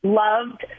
loved